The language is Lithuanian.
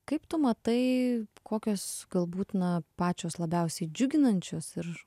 kaip tu matai kokios galbūt na pačios labiausiai džiuginančius ir